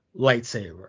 lightsaber